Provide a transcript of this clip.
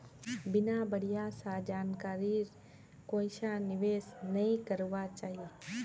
बिना बढ़िया स जानकारीर कोइछा निवेश नइ करबा चाई